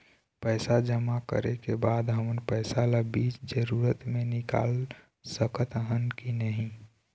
पैसा जमा करे के बाद हमन पैसा ला बीच जरूरत मे निकाल सकत हन की नहीं?